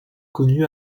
connue